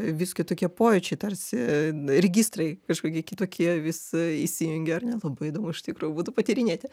vis kitokie pojūčiai tarsi registrai kažkokie kitokie vis įsijungia ar ne labai įdomu iš tikrųjų būtų patyrinėti